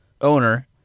owner